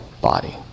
body